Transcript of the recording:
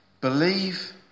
Believe